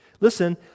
Listen